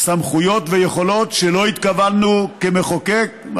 סמכויות ויכולות שלא התכוונו אליהן כמחוקקים.